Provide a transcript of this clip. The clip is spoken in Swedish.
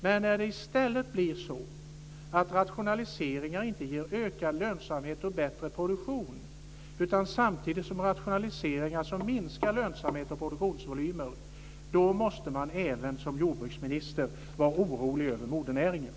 Men när det i stället blir så att rationaliseringar inte ger ökad lönsamhet och bättre produktion utan minskar lönsamhet och produktionsvolymer måste man även som jordbruksminister vara orolig över modernäringen.